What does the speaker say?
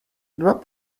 drop